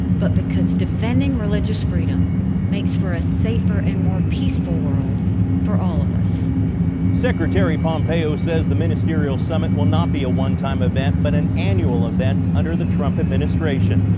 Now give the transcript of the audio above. but because defending religious freedom makes for a safer and more peaceful world for all of us. reporter secretary pompeo says the ministerial summit will not be a one-time event, but an annual event under the trump administration.